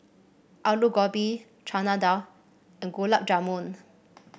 Alu Gobi Chana Dal and Gulab Jamun